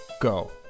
go